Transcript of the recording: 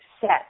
set